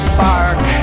bark